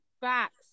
Facts